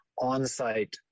on-site